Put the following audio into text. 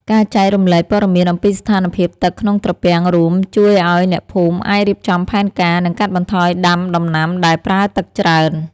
ការចែករំលែកព័ត៌មានអំពីស្ថានភាពទឹកក្នុងត្រពាំងរួមជួយឱ្យអ្នកភូមិអាចរៀបចំផែនការ និងកាត់បន្ថយដាំដំណាំដែលប្រើទឹកច្រើន។